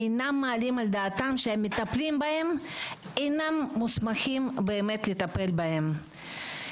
ואינם מעלים על דעתם שהמטפלים בהם אינם מוסמכים באמת לטפל בהם.